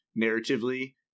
narratively